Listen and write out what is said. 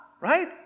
right